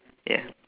ya